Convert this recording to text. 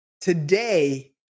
Today